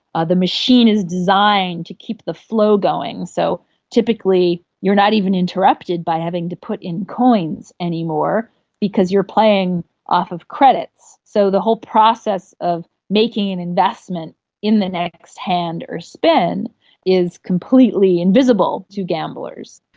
ah the machine is designed to keep the flow going. so typically you are not even interrupted by having to put in coins anymore because you are playing off of credits. so the whole process of making investment in the next hand or spin is completely invisible to gamblers.